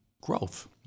growth